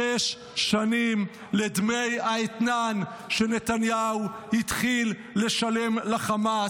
שש שנים לדמי האתנן שנתניהו התחיל לשלם לחמאס.